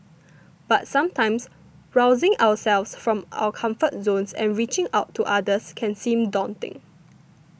but sometimes rousing ourselves from our comfort zones and reaching out to others can seem daunting